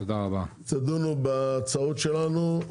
תדונו בהצעות שלנו,